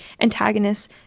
antagonists